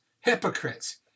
hypocrites